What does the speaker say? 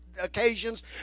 occasions